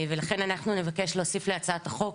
לכן נבקש להוסיף להצעת החוק,